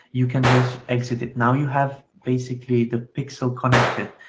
you can just exit it, now you have basically the pixel connected.